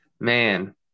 Man